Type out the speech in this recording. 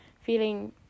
feeling